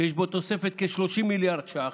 שיש בו תוספת של כ-30 מיליארד ש"ח,